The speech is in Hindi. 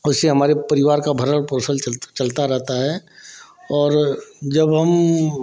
उससे हमारे परिवार को भरण पोषण चलता रहता है और जब हम